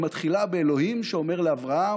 היא מתחילה באלוהים שאומר לאברהם: